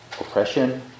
oppression